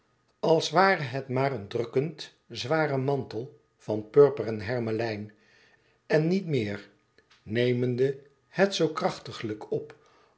als ware het maar een drukkend zware mantel van purper en hermelijn en niet meer nemende het zoo krachtiglijk op